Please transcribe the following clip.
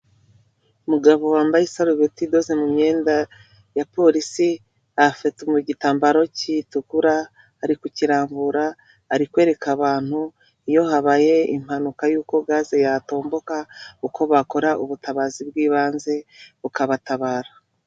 Umugabo wambaye isarubeti idoze mu myenda ya polisi afite mu gitambaro gitukura ari kukirambura, arikwereka abantu iyo habaye impanuka y'uko gaze yatomboka uko bakora ubutabazi bw'ibanze bukabatabara.